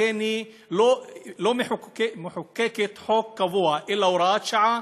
לכן היא לא מחוקקת חוק קבוע אלא הוראת שעה,